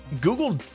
Google